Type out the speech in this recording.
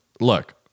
look